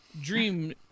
Dream